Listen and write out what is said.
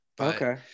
Okay